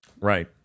Right